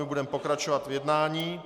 Budeme pokračovat v jednání.